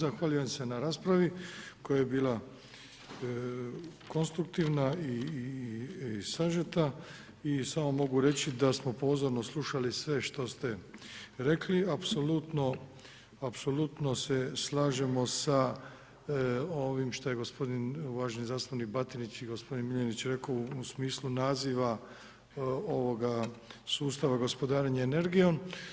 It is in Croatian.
Zahvaljujem se na raspravi koja je bila konstruktivna i sažeta i samo mogu reći da smo pozorno slušali sve što ste rekli, apsolutno se slažemo sa ovim što je gospodin uvaženi zastupnik Batinić i gospodin Miljenić rekao u smislu naziva ovoga sustava gospodarenja energijom.